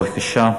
בבקשה.